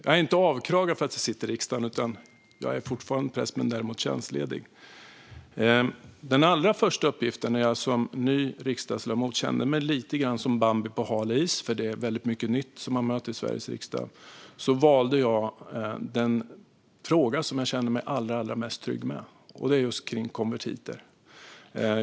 Jag är inte avkragad för att jag sitter i riksdagen, utan jag är fortfarande präst, men tjänstledig. Som min allra första uppgift när jag som ny riksdagsledamot kände mig lite grann som Bambi på hal is - man möter väldigt mycket nytt i Sveriges riksdag - valde jag den fråga jag kände mig allra mest trygg med, nämligen den om konvertiter.